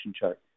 chart